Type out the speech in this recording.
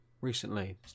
recently